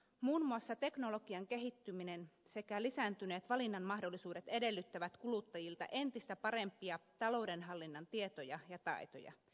muun muassa teknologian kehittyminen sekä lisääntyneet valinnan mahdollisuudet edellyttävät kuluttajilta entistä parempia talouden hallinnan tietoja ja taitoja